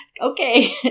Okay